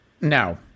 No